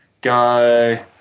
go